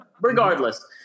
regardless